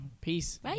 peace